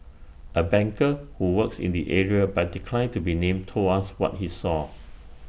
A banker who works in the area but declined to be named told us what he saw